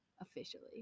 officially